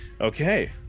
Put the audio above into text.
okay